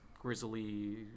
grizzly